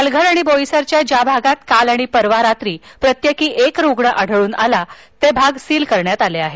पालघर आणि बोईसरच्या ज्या भागात काल आणि परवा रात्री प्रत्येकी एक रुग्ण आढळुन आलेत ते भाग सील करण्यात आलेत